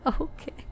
okay